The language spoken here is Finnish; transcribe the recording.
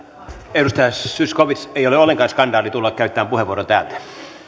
edustaja zyskowicz ei ole ollenkaan skandaali tulla käyttämään puheenvuoro täältä